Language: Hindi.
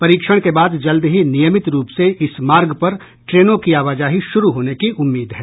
परीक्षण के बाद जल्द ही नियमित रूप से इस मार्ग पर ट्रेनों की आवाजाही शुरू होने की उम्मीद है